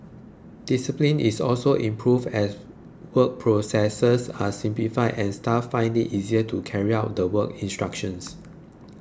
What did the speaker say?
discipline is also improved as work processes are simplified and staff find it easier to carry out the work instructions